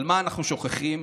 אבל מה אנחנו שוכחים?